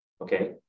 Okay